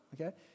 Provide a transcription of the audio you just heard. okay